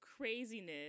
craziness